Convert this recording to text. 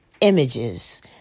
Images